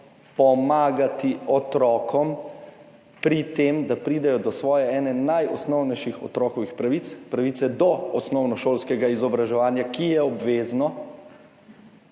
pomagati otrokom pri tem, da pridejo do svoje ene najosnovnejših otrokovih pravic, pravice do osnovnošolskega izobraževanja, ki je obvezno,